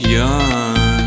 young